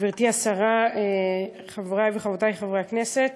גברתי השרה, חברי וחברותי חברי הכנסת,